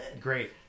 Great